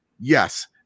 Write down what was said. yes